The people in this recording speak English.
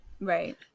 Right